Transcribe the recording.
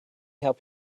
help